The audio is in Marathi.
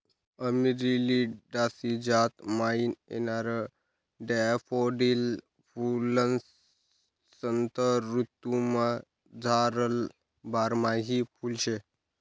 अमेरिलिडासी जात म्हाईन येणारं डैफोडील फुल्वसंत ऋतूमझारलं बारमाही फुल शे